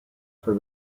for